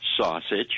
sausage